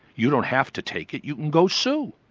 you don't have to take it, you can go sue.